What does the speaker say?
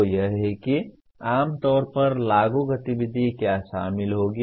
तो यह है कि आम तौर पर लागू गतिविधि क्या शामिल होगी